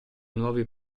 nuovi